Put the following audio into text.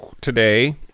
today